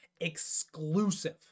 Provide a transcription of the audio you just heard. exclusive